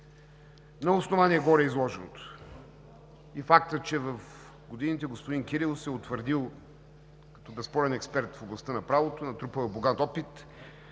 На основание гореизложеното и факта, че в годините господин Кирилов се е утвърдил като безспорен експерт в областта на правото, натрупал е богат опит,